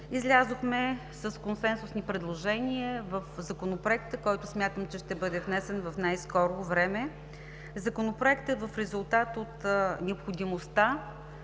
излязохме с консенсусни предложения в Законопроекта, който смятам, че ще бъде внесен в най-скоро време. Законопроектът е в резултат от необходимостта